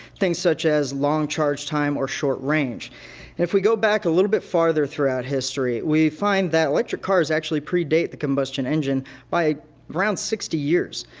things such as long charge time or short range. and if we go back a little bit farther throughout history, we find that electric cars actually predate the combustion engine by around sixty years.